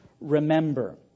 Remember